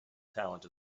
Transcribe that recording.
talent